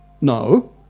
No